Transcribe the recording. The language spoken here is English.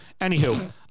Anywho